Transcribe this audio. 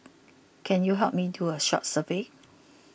can you help me do a short survey